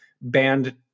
banned